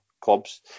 clubs